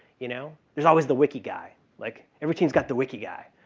you know. there's always the wiki guy, like, every teams got the wiki guy.